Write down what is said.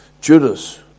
Judas